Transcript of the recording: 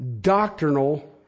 doctrinal